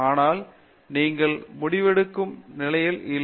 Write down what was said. ஆனாலும் நீங்கள் முடிவெடுக்கும் நல்ல நிலையில் இல்லை